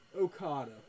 Okada